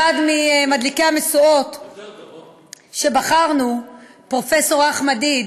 אחד ממדליקי המשואות שבחרנו, פרופ' אחמד עיד,